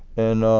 and